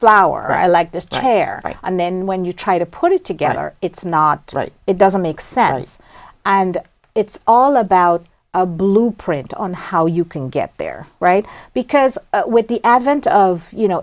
flower i like this chair and then when you try to put it together it's not it doesn't make sense and it's all about a blueprint on how you can get there right because with the advent of you know